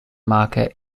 market